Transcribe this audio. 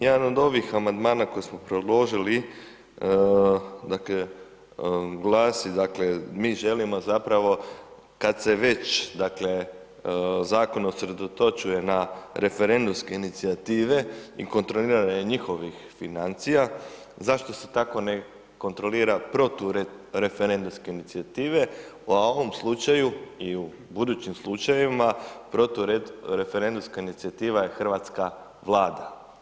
Jedan od ovih amandmana koje smo predložili, dakle, glasi, dakle, mi želimo zapravo, kad se već, dakle, zakon usredotočuje na referendumske inicijative i kontroliranje njihovih financija, zašto se tako ne kontrolira protureferendumske inicijative, a u ovom slučaju i u budućim slučajevima protureferendumska inicijativa je hrvatska Vlada.